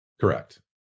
Correct